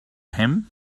him